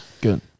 Good